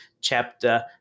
chapter